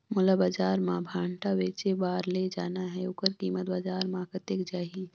मोला बजार मां भांटा बेचे बार ले जाना हे ओकर कीमत बजार मां कतेक जाही?